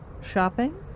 shopping